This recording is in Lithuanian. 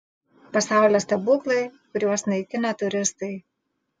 pasaulio stebuklai kuriuos naikina turistai